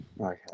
Okay